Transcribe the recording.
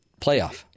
Playoff